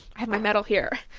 have my medal here.